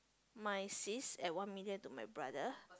my sis and one million to my brother